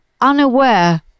unaware